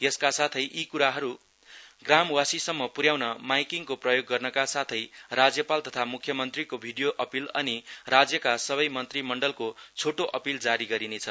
यसका साथै यी कुराहरु ग्रामवासीसम्म पुर्याउन माइकिङको प्रयोग गर्नका साथै राज्यपाल तथा मुख्यमन्त्रीको भिडियो अपील अनि राज्यका सबै मन्त्रीमण्डलको छोटो अपील जारी गरिनेछ